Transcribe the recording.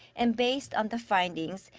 and based on the findings.